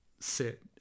sit